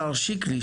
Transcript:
השר שיקלי,